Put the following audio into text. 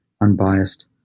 unbiased